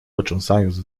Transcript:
potrząsając